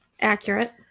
Accurate